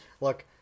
Look